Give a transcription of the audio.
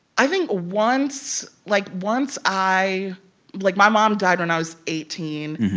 i think once like, once i like, my mom died when i was eighteen.